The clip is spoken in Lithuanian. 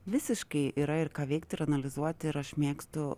visiškai yra ir ką veikt ir analizuot ir aš mėgstu